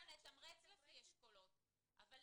אבל הם אומרים אנחנו נתמרץ לפי אשכולות,